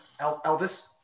Elvis